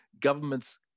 governments